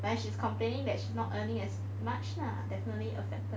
but then she's complaining that she's not earning as much lah definitely affected